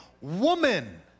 woman